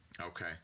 Okay